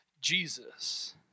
Jesus